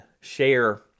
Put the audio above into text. share